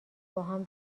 باهم